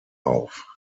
auf